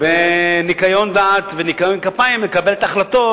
בניקיון דעת ובניקיון כפיים לקבל החלטות,